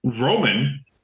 Roman